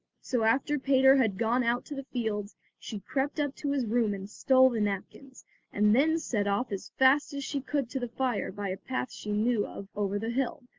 so after peter had gone out to the fields, she crept up to his room and stole the napkins and then set off as fast as she could to the fire by a path she knew of over the hill.